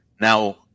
Now